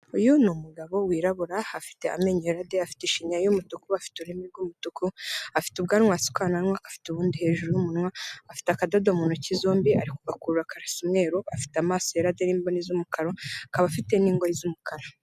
Uyu ni umugabo wirabura afite amenyo yerade, afite ishinya y'umutuku, afite ururimi rw'umutuku, afite ubwanwa hasi ku kananwa, afite ubundi hejuru y'umunwa, afite akadodo mu ntoki zombi ari kugakurura karasa umweru, afite amaso yerade n'imboni z'umukara, akaba afite n'ingoyi z'umukara.